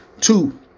Two